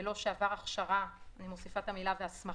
בלא שעבר הכשרה והסמכה,